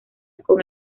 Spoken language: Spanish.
con